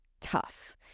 tough